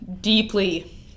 deeply